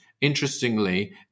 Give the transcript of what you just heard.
Interestingly